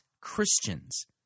Christians